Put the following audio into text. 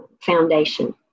foundation